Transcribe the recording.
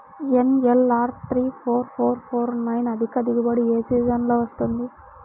NLR three four four four nine అధిక దిగుబడి ఏ సీజన్లలో వస్తుంది?